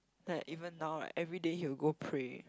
like even now right everyday he will go pray